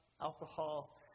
alcohol